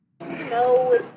No